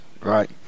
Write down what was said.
Right